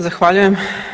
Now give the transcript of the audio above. Zahvaljujem.